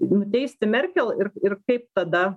nuteisti merkel ir ir kaip tada